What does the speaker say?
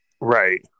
Right